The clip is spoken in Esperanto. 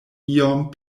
iom